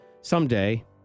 Someday